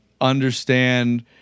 understand